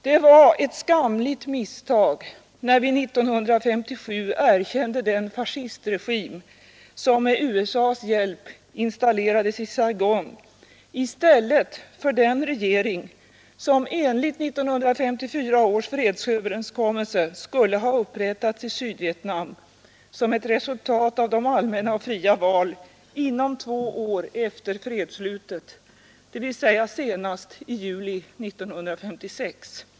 Det var ett skamligt misstag när vi 1957 erkände den fascistregim, som med USA ss hjälp installerades i Saigon i stället för den regering som enligt 1954 års fredsöverenskommelse skulle ha upprättats i Sydvietnam som ett resultat av allmänna och fria val inom två år efter fredsslutet, dvs. senast i juli 1956.